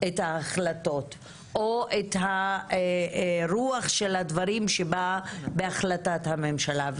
את ההחלטות או את הרוח של הדברים שבאים בהחלטת הממשלה.